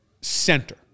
Center